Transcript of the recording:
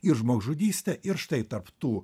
ir žmogžudystė ir štai tarp tų